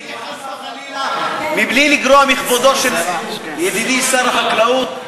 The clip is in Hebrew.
בלי חס וחלילה לגרוע מכבודו של ידידי שר החקלאות,